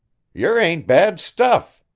yer ain't bad stuff,